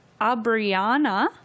Abriana